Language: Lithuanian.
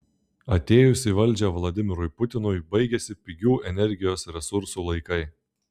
atėjus į valdžią vladimirui putinui baigėsi pigių energijos resursų laikai